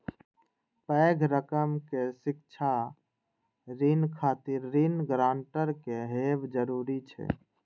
पैघ रकम के शिक्षा ऋण खातिर ऋण गारंटर के हैब जरूरी छै